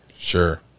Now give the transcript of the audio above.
sure